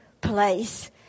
place